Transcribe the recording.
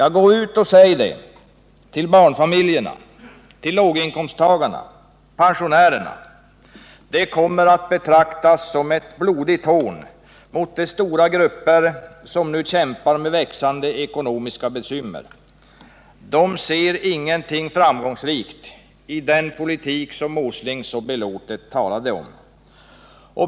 Gå ut och säg det till barnfamiljerna, till låginkomsttagarna och pensionärerna. Det kommer att betraktas som ett blodigt hån mot de stora grupper som nu kämpar med växande ekonomiska bekymmer. De ser ingenting framgångsrikt i den politik Åsling så belåtet talade om.